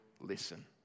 listen